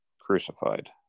crucified